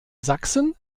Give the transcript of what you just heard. sachsen